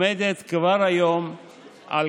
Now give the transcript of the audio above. כבר היום עומדת